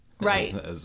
Right